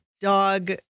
dog